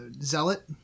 zealot